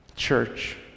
church